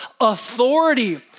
authority